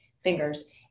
fingers